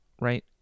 right